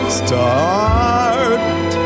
start